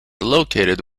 located